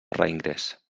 reingrés